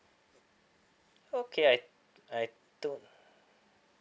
okay I I don't